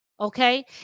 Okay